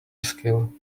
skill